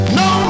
no